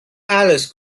alice